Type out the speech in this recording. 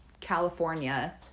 california